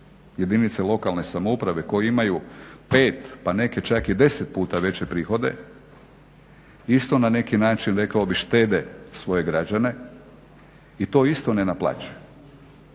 jedinice lokalne samouprave koje imaju 5 pa neke čak i 10 puta veće prihode, isto na neki način, rekao bih štede svoje građane i to isto ne naplaćuju